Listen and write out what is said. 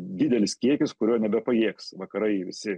didelis kiekis kurio nebepajėgs vakarai visi